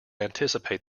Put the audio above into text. anticipate